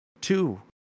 two